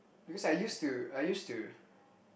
because I used to I used to